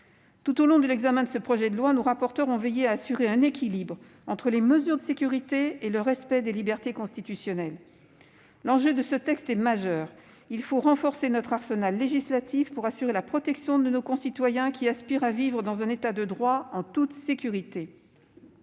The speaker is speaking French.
Tout au long de l'examen de ce projet de loi, nos rapporteurs ont veillé à assurer un équilibre entre les mesures de sécurité et le respect des libertés constitutionnelles. L'enjeu de ce texte est majeur. Il faut renforcer notre arsenal législatif pour assurer la protection de nos concitoyens, qui aspirent à vivre dans un État de droit en toute sécurité.